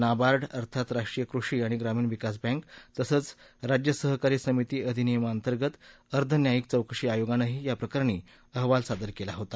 नाबार्ड अर्थात राष्ट्रीय कृषी आणि ग्रामीण विकास बँक तसंच राज्य सहकारी समिती अधिनियमाअंतर्गत अर्ध न्यायिक चौकशी आयोगानंही या प्रकरणी अहवाल सादर केला होता